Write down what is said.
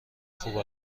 خوب